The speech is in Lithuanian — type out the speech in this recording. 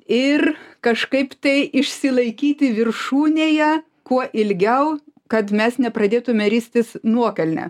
ir kažkaip tai išsilaikyti viršūnėje kuo ilgiau kad mes nepradėtumėme ristis nuokalnėn